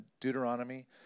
Deuteronomy